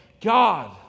God